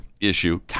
issue